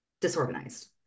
disorganized